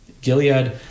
Gilead